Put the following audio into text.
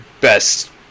best